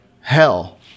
hell